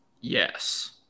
yes